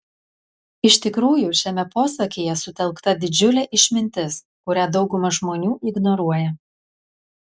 iš tikrųjų šiame posakyje sutelkta didžiulė išmintis kurią dauguma žmonių ignoruoja